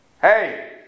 hey